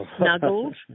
snuggled